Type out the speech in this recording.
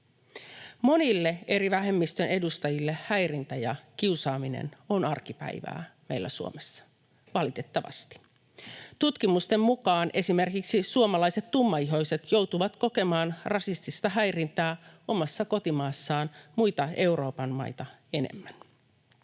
Monille eri vähemmistöjen edustajille häirintä ja kiusaaminen ovat arkipäivää meillä Suomessa, valitettavasti. Tutkimusten mukaan esimerkiksi suomalaiset tummaihoiset joutuvat kokemaan rasistista häirintää omassa kotimaassaan muita Euroopan maita enemmän.